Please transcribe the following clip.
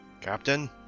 Captain